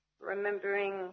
remembering